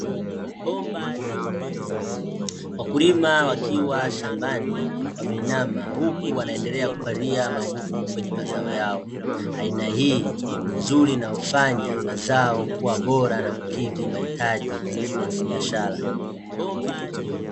Wakulima wakiwa shambani wameinama huku wanaendelea kupalilia magugu kwenye mazao yao. Aina hii ni nzuri na hufanya mazao kuwa bora na kukidhi mahitaji ya kibiashara.